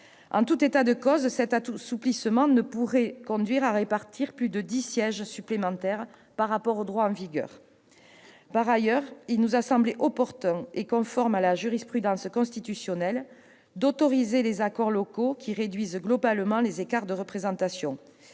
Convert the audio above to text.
En tout état de cause, cet assouplissement ne pourrait conduire à répartir plus de dix sièges supplémentaires par rapport au droit en vigueur. En outre, il nous a semblé opportun et conforme à la jurisprudence constitutionnelle d'autoriser les accords locaux qui réduisent globalement les écarts de représentation,